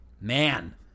man